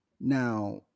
Now